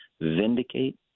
vindicate